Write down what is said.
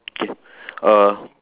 okay err